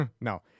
No